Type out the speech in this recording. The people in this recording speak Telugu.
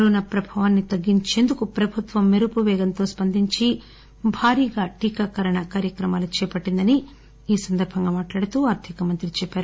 కరోనా ప్రభావాన్ని తగ్గించేందుకు ప్రభుత్వం మెరుపు వేగంతో స్పందించి భారీగా టీకాకరణ కార్యక్రమాలు చేపట్టిందని ఈ సందర్బంగా మాట్లాడుతూ ఆర్దిక మంత్రి చెప్పారు